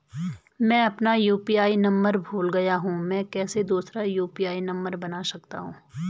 मैं अपना UPI number भूल गया हूँ मैं कैसे दूसरा यु.पी.आई नम्बर बना सकता हूँ?